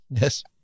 Yes